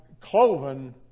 cloven